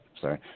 sorry